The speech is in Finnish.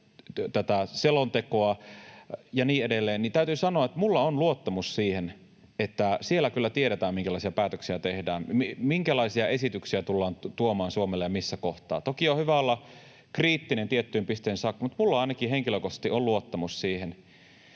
tätä selontekoa ja niin edelleen... Täytyy sanoa, että minulla on luottamus siihen, että siellä kyllä tiedetään, minkälaisia päätöksiä tehdään, minkälaisia esityksiä tullaan tuomaan Suomelle ja missä kohtaa. Toki on hyvä olla kriittinen tiettyyn pisteeseen saakka, mutta minulla ainakin henkilökohtaisesti on luottamus siihen.